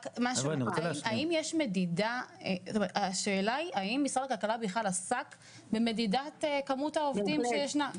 האם משרד הכלכלה בכלל עסק במדידת כמות העובדים שישנה.